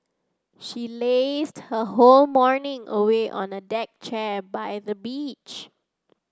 she lazed her whole morning away on a deck chair by the beach